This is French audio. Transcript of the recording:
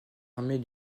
armées